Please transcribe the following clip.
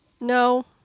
no